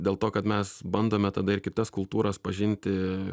dėl to kad mes bandome tada ir kitas kultūras pažinti